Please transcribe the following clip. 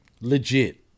Legit